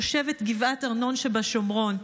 תושבת גבעת ארנון שבשומרון.